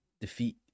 defeat